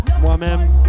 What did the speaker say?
moi-même